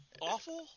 awful